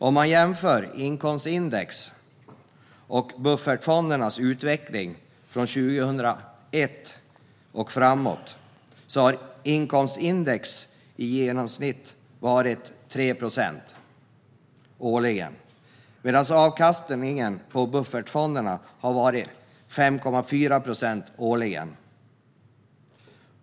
Om man jämför inkomstindex och buffertfondernas utveckling från 2001 och framåt ser man att inkomstindex i genomsnitt har varit 3 procent årligen medan avkastningen på buffertfonderna har varit 5,4 procent årligen.